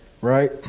right